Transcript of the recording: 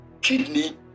kidney